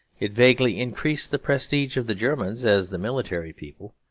it vaguely increased the prestige of the germans as the military people,